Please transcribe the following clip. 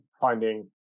finding